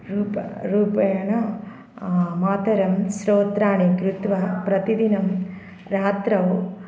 रूप रूपेण मातरं स्तोत्राणि कृत्वा प्रतिदिनं रात्रौ